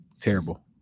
Terrible